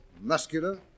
muscular